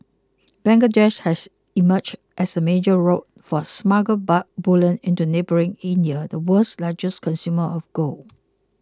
Bangladesh has emerged as a major route for smuggled bullion into neighbouring India the world's largest consumer of gold